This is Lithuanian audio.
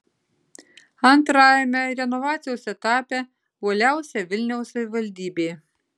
antrajame renovacijos etape uoliausia vilniaus savivaldybė